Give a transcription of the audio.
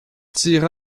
tira